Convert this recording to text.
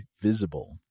Visible